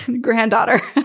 granddaughter